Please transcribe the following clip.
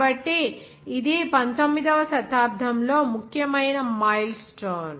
కాబట్టి ఇది 19 వ శతాబ్దంలో ముఖ్యమైన మైల్ స్టోన్